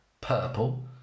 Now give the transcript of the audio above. Purple